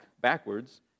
backwards